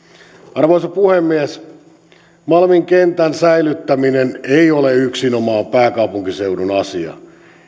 arvoisa puhemies malmin kentän säilyttäminen ei ole yksinomaan pääkaupunkiseudun asia